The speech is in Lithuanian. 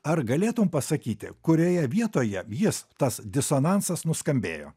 ar galėtum pasakyti kurioje vietoje jis tas disonansas nuskambėjo